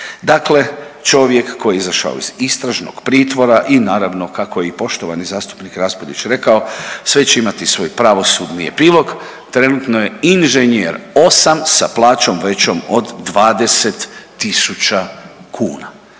dakle čovjek koji je izašao iz istražnog pritvora i naravno kako i poštovani zastupnik Raspudić rekao, sve će imati svoj pravosudni epilog, trenutno je inženjer osam sa plaćom većom od 20.000 kuna.